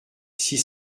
six